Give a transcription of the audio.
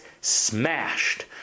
smashed